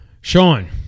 Sean